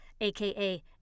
aka